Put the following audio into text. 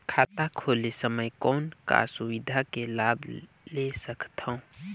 खाता खोले समय कौन का सुविधा के लाभ ले सकथव?